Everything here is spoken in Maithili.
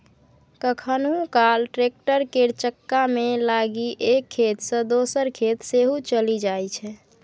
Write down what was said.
कखनहुँ काल टैक्टर केर चक्कामे लागि एक खेत सँ दोसर खेत सेहो चलि जाइ छै